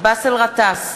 באסל גטאס,